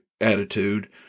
attitude